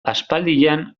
aspaldian